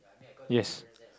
yes